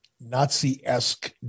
Nazi-esque